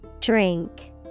Drink